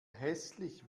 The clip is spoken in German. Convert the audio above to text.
hässlich